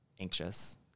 anxious